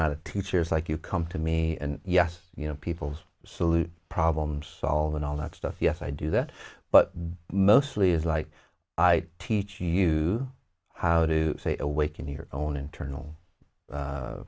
not a teacher it's like you come to me and yes you know people's salute problem solving all that stuff yes i do that but mostly it's like i teach you how to say awaken to your own internal